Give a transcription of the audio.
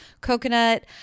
coconut